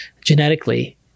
genetically